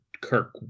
Kirk